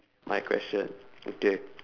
my question okay